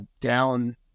down